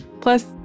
plus